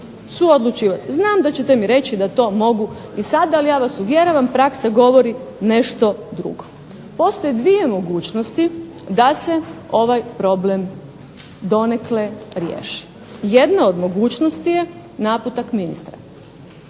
suodlučivati. Znam da ćete mi reći da to mogu i sad, ali ja vas uvjeravam praksa govori nešto drugo. Postoje dvije mogućnosti da se ovaj problem donekle riješi. Jedna od mogućnosti je naputak ministra